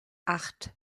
acht